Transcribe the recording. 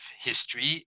history